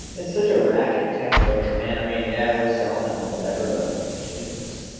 it's such a racket, textbooks man. i mean yeah we're selling them or whatever but jesus.